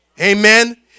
Amen